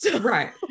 Right